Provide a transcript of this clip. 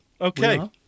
Okay